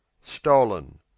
Stolen